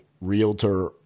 realtor